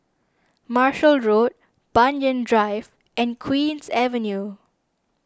Marshall Road Banyan Drive and Queen's Avenue